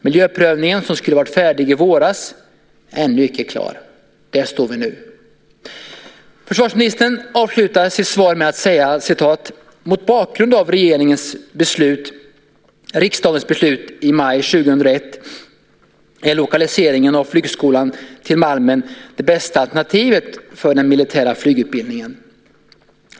Miljöprövningen, som skulle ha varit färdig i våras, är ännu icke klar. Där står vi nu. Försvarsministern avslutar sitt svar med att säga: Mot bakgrund av riksdagens beslut i maj 2001 är lokaliseringen av flygskolan till Malmen det bästa alternativet för den militära flygutbildningen.